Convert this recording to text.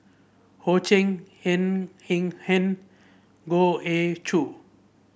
Ho Ching Ng Eng Hen Goh Ee Choo